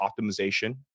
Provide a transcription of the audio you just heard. optimization